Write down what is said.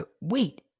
Wait